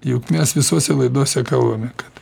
juk mes visose laidose kalbame kad